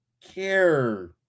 care